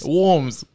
worms